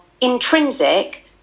intrinsic